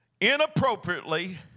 inappropriately